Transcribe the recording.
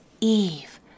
Eve